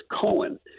Cohen